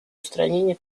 устранение